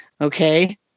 okay